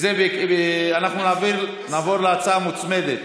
אנחנו נעבור להצעה המוצמדת